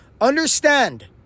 Understand